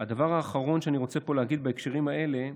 הדבר האחרון שאני רוצה להגיד פה בהקשרים האלה: